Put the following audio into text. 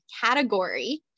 category